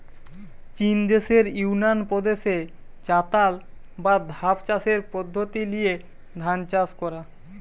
চিন দেশের ইউনান প্রদেশে চাতাল বা ধাপ চাষের পদ্ধোতি লিয়ে ধান চাষ কোরা